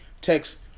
text